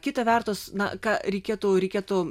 kita vertus na ką reikėtų reikėtų